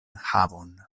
havon